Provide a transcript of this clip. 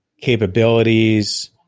capabilities